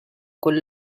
con